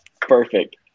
Perfect